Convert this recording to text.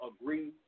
agree